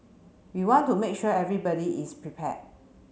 we want to make sure everybody is prepared